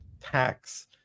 tax